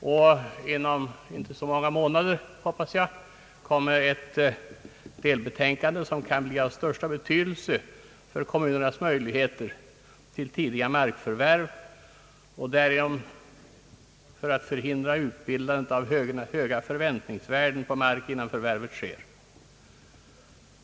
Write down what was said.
Inom inte alltför många månader kommer ett delbetänkande, som får största betydelse för kommunernas möjligheter till tidiga markförvärv och som därigenom kan förhindra utbildandet av höga förväntningsvärden på mark innan förvärvet sker.